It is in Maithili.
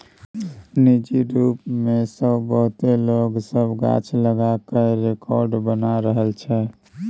निजी रूप सँ बहुते लोक सब गाछ लगा कय रेकार्ड बना रहल छै